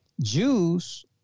Jews